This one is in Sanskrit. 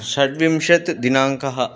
षड्विंशतिः दिनाङ्कः